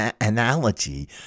analogy